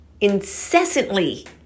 incessantly